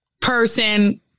person